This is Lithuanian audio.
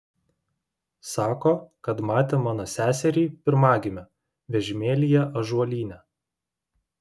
sako kad matė mano seserį pirmagimę vežimėlyje ąžuolyne